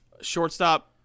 shortstop